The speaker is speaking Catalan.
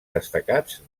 destacats